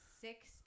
Six